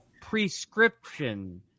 prescription